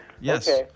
yes